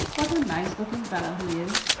what a nice-looking fellow he is,